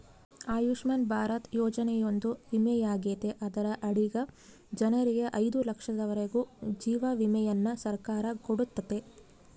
ಆಯುಷ್ಮನ್ ಭಾರತ ಯೋಜನೆಯೊಂದು ವಿಮೆಯಾಗೆತೆ ಅದರ ಅಡಿಗ ಜನರಿಗೆ ಐದು ಲಕ್ಷದವರೆಗೂ ಜೀವ ವಿಮೆಯನ್ನ ಸರ್ಕಾರ ಕೊಡುತ್ತತೆ